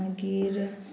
मागीर